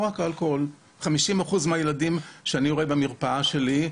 50 אחוזים מהילדים שאני רואה במרפאה שלי,